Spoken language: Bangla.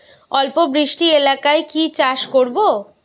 অল্প বৃষ্টি এলাকায় কি চাষ করব?